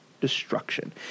destruction